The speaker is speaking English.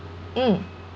mm